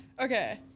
Okay